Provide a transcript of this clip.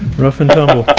rough and tumble.